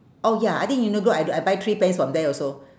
oh ya I think uniqlo I d~ I buy three pants from there also